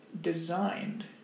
designed